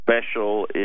special